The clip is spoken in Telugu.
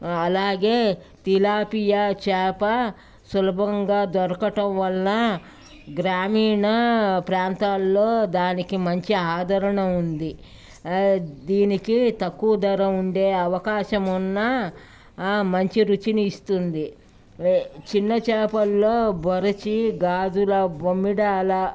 అలాగే తిలాపియ చేప సులభంగా దొరకటం వల్ల గ్రామీణ ప్రాంతాల్లో దానికి మంచి ఆదరణ ఉంది దీనికి తక్కువ ధర ఉండే అవకాశం ఉన్న మంచి రుచిని ఇస్తుంది చిన్న చేపల్లో బొరచి గాజుల బొమ్మిడాల